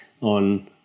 on